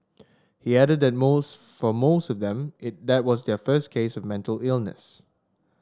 he added that most for most of them it that was their first case of mental illness